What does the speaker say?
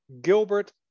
Gilbert